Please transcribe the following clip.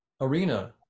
arena